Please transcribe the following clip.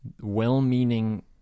well-meaning